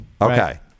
Okay